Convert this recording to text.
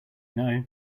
know